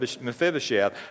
Mephibosheth